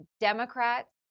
Democrats